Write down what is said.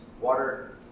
water